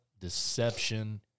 deception